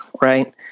right